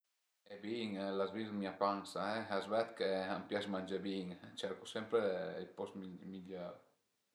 E bin l'as vist mia pansa, a s'ved ch'a m'pias mangé bin, cercu sempre i post migliör